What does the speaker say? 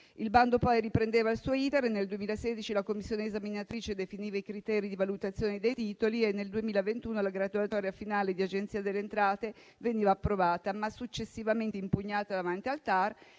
Il bando poi riprendeva il suo *iter* e nel 2016 la commissione esaminatrice definiva i criteri di valutazione dei titoli; nel 2021 la graduatoria finale dell'Agenzia delle entrate veniva approvata, ma successivamente impugnata davanti al